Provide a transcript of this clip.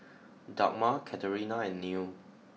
Dagmar Katerina and Neal